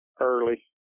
early